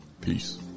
Peace